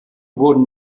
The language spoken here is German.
wurden